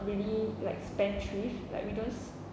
really like spendthrift like we don't